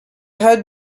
had